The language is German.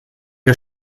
der